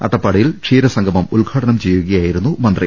അട്ടപ്പാടിയിൽ ക്ഷീരസംഗമം ഉദ്ഘാടനം ചെയ്യുകയായി രുന്നു മന്ത്രി